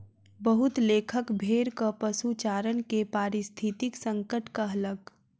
बहुत लेखक भेड़क पशुचारण के पारिस्थितिक संकट कहलक